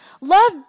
Love